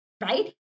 right